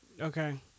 Okay